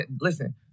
listen